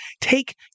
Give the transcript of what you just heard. take